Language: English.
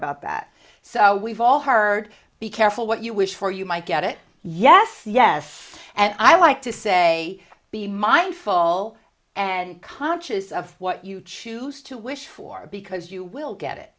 about that so we've all heard be careful what you wish for you might get it yes yes and i like to say be mindful and conscious of what you choose to wish for because you will get it